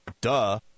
Duh